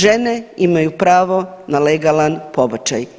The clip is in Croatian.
Žene imaju pravo na legalan pobačaj.